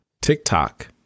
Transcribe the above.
TikTok